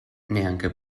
neanche